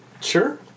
Sure